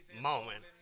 moment